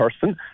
person